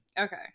Okay